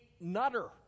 nutter